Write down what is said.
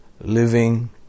living